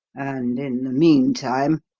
and in the meantime,